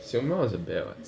熊猫 is a bear [what]